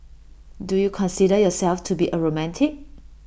do you consider yourself to be A romantic